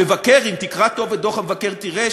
המבקר אם תקרא טוב את דוח המבקר תראה,